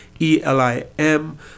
E-L-I-M